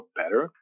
better